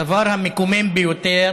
הדבר המקומם ביותר